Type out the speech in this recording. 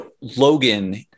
Logan